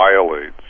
violates